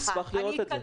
אני אשמח לראות את זה.